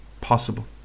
Possible